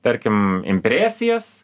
tarkim impresijas